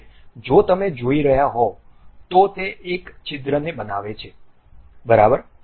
હવે જો તમે જોઈ રહ્યા હોવ તો તે એક છિદ્રને બનાવે છે બરાબર